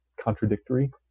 contradictory